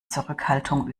zurückhaltung